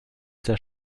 der